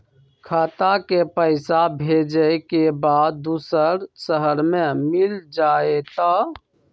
खाता के पईसा भेजेए के बा दुसर शहर में मिल जाए त?